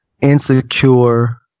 insecure